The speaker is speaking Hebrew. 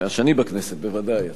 מאז שאני בכנסת, בוודאי.